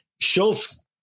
Schultz